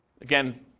Again